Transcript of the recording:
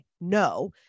No